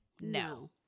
No